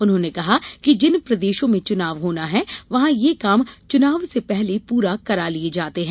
उन्होंने कहा कि जिन प्रदेशों में चुनाव होना है वहां ये काम चुनाव से पहले पूरा करा लिये जाते हैं